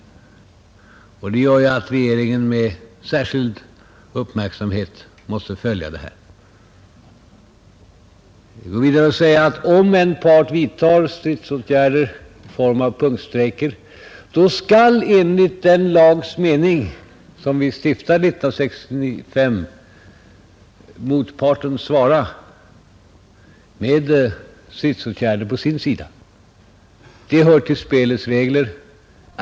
Det gör att regeringen med särskild uppmärksamhet måste följa utvecklingen. Jag vill vidare säga att enligt den lag som stiftades 1965 skall åtgärder från en part i form av punktstrejker besvaras med stridsåtgärder från motparten. Det hör till spelets regler.